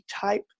type